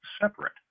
separate